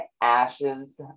ashes